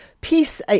peace